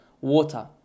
water